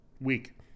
week